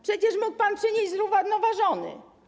Przecież mógł pan przynieść zrównoważony.